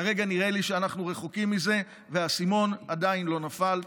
כרגע נראה לי שאנחנו רחוקים מזה והאסימון עדיין לא נפל.